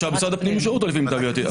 משרד הפנים אישר אותו, למיטב ידיעתי.